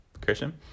Christian